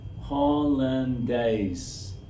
Hollandaise